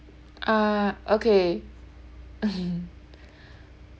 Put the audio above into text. ah okay